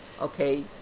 okay